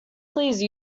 please